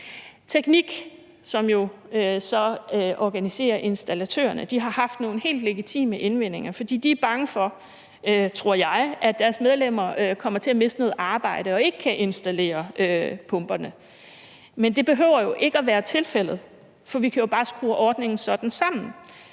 TEKNIQ, som jo så organiserer installatørerne, har haft nogle helt legitime indvendinger. De er bange for, tror jeg, at deres medlemmer kommer til at miste noget arbejde og ikke kan installere pumperne. Det behøver jo ikke at være tilfældet, for vi kan jo bare skrue ordningen sådan sammen,